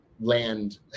land